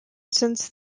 since